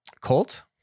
Colt